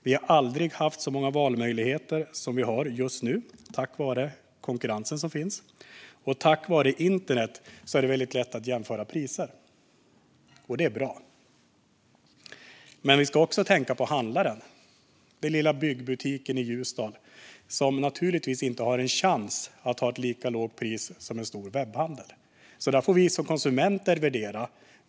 Vi har aldrig haft så många valmöjligheter som vi har just nu, tack vare den konkurrens som finns. Och tack vare internet är det väldigt lätt att jämföra priser - det är bra. Men vi ska också tänka på handlaren, som den lilla bygdebutiken i Ljusdal, som naturligtvis inte har en chans att ha ett lika lågt pris som en stor webbhandel. Där får alltså vi som konsumenter värdera.